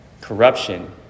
corruption